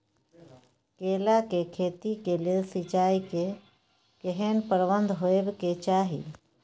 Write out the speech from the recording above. केला के खेती के लेल सिंचाई के केहेन प्रबंध होबय के चाही?